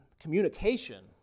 communication